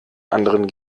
anderen